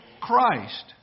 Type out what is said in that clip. Christ